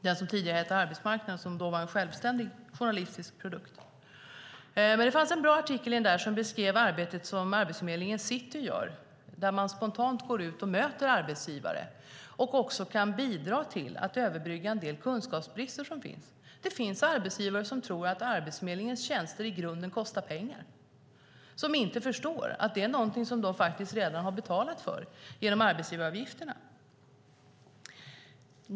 Den hette tidigare Arbetsmarknaden och var då en självständig journalistisk produkt. Det fanns alltså en bra artikel där man beskrev det arbete som Arbetsförmedlingen i city gör. De går spontant ut och möter arbetsgivare och kan bidra till att överbrygga en del kunskapsbrister som finns. Det finns arbetsgivare som tror att Arbetsförmedlingens tjänster i grunden kostar pengar, som inte förstår att det är någonting som de faktiskt redan har betalat för genom arbetsgivaravgifterna.